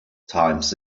times